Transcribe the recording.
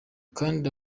kandi